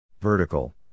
Vertical